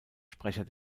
sprecher